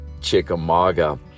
Chickamauga